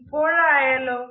ഇപ്പോഴയാലോ